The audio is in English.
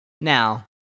Now